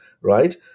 right